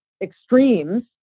extremes